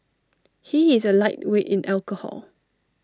he is A lightweight in alcohol